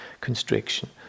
constriction